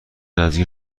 نزدیک